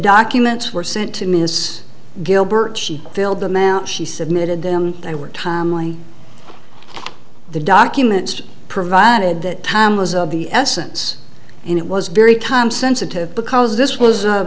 documents were sent to ms gilbert she filled them out she submitted them they were timely the documents provided that time was of the essence and it was very time sensitive because this was a